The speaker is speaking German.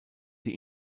die